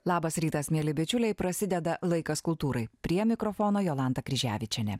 labas rytas mieli bičiuliai prasideda laikas kultūrai prie mikrofono jolanta kryževičienė